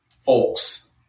folks